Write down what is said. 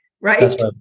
right